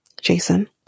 Jason